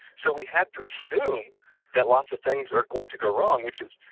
so we have to assume that lots of things are going to go wrong which is,